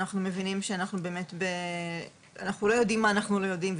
אנחנו מבינים שאנחנו לא יודעים מה אנחנו לא יודעים,